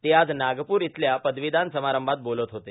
ते आज नागपूर इथल्या पदवीदान समारंभात बोलत होते